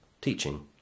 teaching